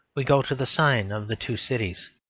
we go to the sign of the two cities.